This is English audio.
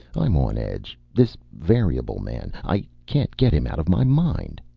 i'm on edge. this variable man. i can't get him out of my mind.